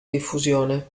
diffusione